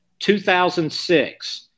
2006